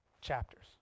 chapters